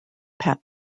pat